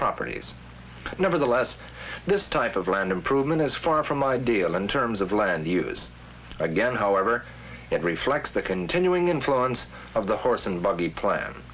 properties but nevertheless this type of land improvement is far from ideal in terms of land use again however it reflects the continuing influence of the horse and buggy plan